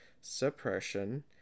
Suppression